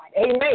Amen